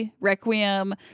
Requiem